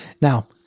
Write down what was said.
Now